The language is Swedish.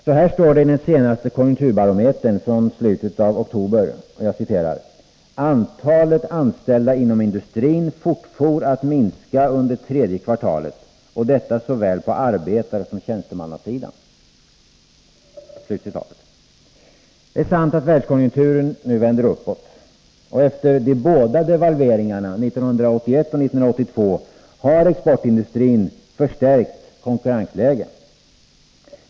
Så här står det i den senaste Konjunkturbarometern, från slutet av oktober: ”Antalet anställda inom industrin fortfor att minska under tredje kvartalet, och detta på såväl arbetaroch tjänstemannasidan.” Det är sant att världskonjunkturen nu vänder uppåt. Och efter de båda devalveringarna 1981 och 1982 har exportindustrin förstärkt konkurrensläget.